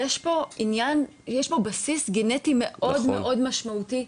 יש בסיס גנטי מאוד משמעותי.